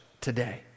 today